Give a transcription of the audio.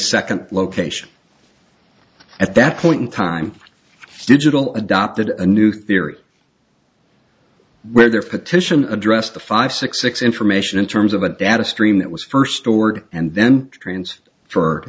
second location at that point in time digital adopted a new theory where their petition addressed the five six six information in terms of a data stream that was first ordered and then trains for